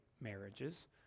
marriages